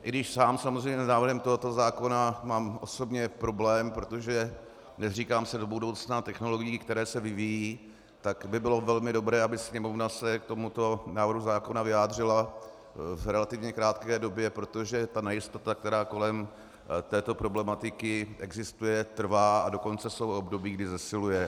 I když sám samozřejmě s návrhem tohoto zákona mám osobně problém, protože nezříkám se do budoucna technologií, které se vyvíjejí, tak by bylo velmi dobré, aby se Sněmovna k tomuto návrhu zákona vyjádřila v relativně krátké době, protože ta nejistota, která kolem této problematiky existuje, trvá, a dokonce jsou období, kdy zesiluje.